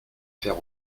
faire